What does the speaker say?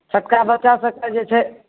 छोटका बच्चा सबके जे छै